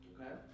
Okay